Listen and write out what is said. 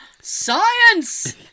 Science